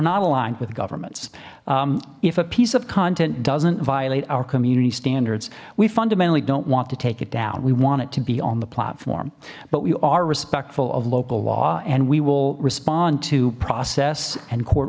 not aligned with governments if a piece of content doesn't violate our community standards we fundamentally don't want to take it down we want it to be on the platform but we are respectful of local law and we will respond to process and court